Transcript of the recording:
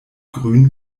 grün